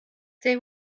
they